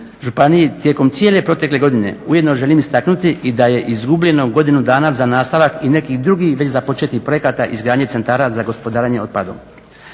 županiji tijekom cijele protekle godine ujedno želim istaknuti i da je izgubljeno godinu dana za nastavak i nekih drugih već započetih projekta izgradnje centara za gospodarenje otpadom.